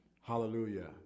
Hallelujah